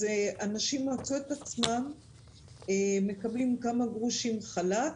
אנשים מצאו עצמם מקבלים כמה גרושים חל"ת,